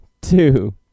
two